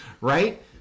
Right